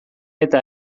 eta